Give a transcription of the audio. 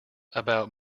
about